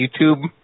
YouTube